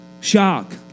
shock